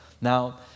Now